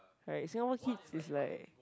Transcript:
right Singapore kids it's like